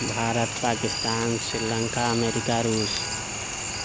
Bharat Pakistan Sri Lanka America रूस